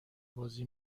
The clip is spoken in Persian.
بازی